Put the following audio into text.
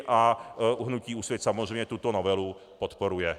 A hnutí Úsvit samozřejmě tuto novelu podporuje.